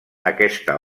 aquesta